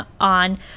on